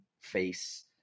face